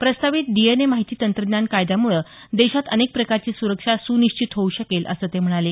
प्रस्तावित डीएनए माहिती तंत्रज्ञान कायद्यामुळं देशात अनेक प्रकारची सुरक्षा सुनिश्चित होवू शकेल असं ते म्हणाले